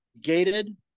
gated